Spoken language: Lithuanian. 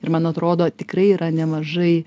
ir man atrodo tikrai yra nemažai